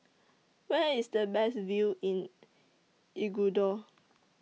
Where IS The Best View in Ecuador